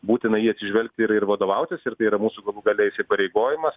būtina į jį atsižvelgti ir ir vadovautis ir tai yra mūsų galų gale įsipareigojimas